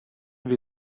will